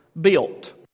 built